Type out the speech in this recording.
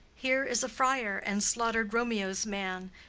here is a friar, and slaughter'd romeo's man,